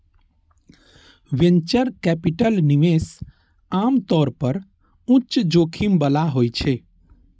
venture capital निवेश आम तौर पर उच्च जोखिम बला होइ छै